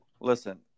Listen